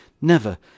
Never